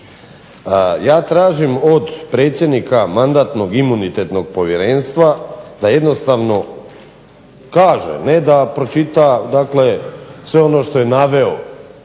Ja tražim od predsjednika Mandatno-imunitetnog povjerenstva da jednostavno kaže, ne da pročita dakle sve ovo što je navelo